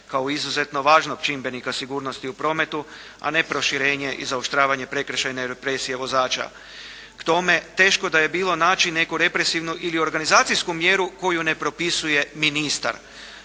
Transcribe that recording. kao izuzetno važnog čimbenika sigurnosti u prometu, a ne proširenje i zaoštravanje prekršajne represije vozača. K tome, teško da je bilo naći neku represivnu ili organizacijsku mjeru koju ne propisuje ministar